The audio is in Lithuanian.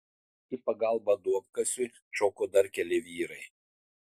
į pagalbą duobkasiui šoko dar keli vyrai